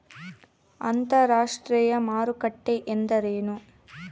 ಅಂತರಾಷ್ಟ್ರೇಯ ಮಾರುಕಟ್ಟೆ ಎಂದರೇನು?